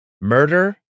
Murder